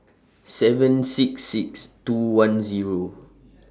seven six six two one Zero